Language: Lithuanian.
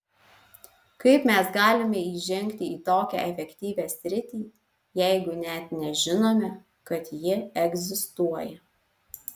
kaip mes galime įžengti į tokią efektyvią sritį jeigu net nežinome kad ji egzistuoja